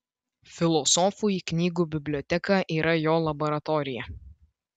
filosofui knygų biblioteka yra jo laboratorija